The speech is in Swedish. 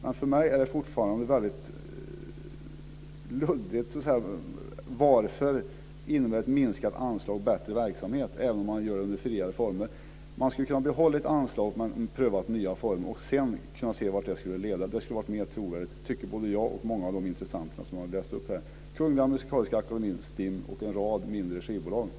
Men för mig är det fortfarande väldigt luddigt varför ett minskat anslag innebär bättre verksamhet, även om man gör det under friare former. Man skulle kunna ha behållit anslaget men prövat nya former, och sedan sett vart det skulle kunna leda. Det hade varit mer trovärdigt - det tycker både jag och många av de intressenter som jag har läst upp här, dvs. Kungl. Musikaliska akademien, STIM och en rad mindre skivbolag.